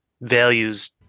values